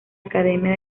academia